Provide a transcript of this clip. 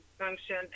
function